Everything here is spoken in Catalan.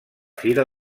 fira